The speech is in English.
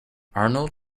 arnold